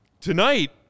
tonight